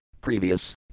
previous